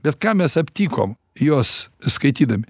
bet ką mes aptikom jos skaitydami